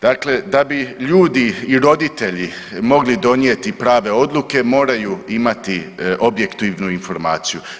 Dakle, da bi ljudi i roditelji mogli donijeti prave odluke, moraju imati objektivnu informaciju.